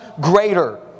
greater